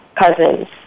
cousins